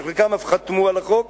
שחלקם אף חתמו על החוק,